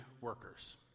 workers